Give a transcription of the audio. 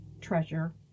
treasure